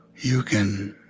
you can